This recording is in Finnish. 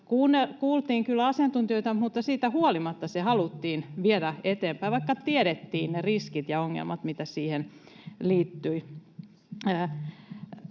kuultiin kyllä asiantuntijoita, mutta siitä huolimatta se haluttiin viedä eteenpäin, vaikka tiedettiin ne riskit ja ongelmat, mitä siihen liittyi.